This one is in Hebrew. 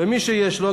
ומי שיש לו,